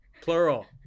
plural